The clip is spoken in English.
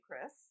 Chris